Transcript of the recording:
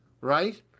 right